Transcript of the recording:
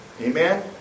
Amen